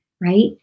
right